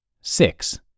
Six